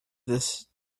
this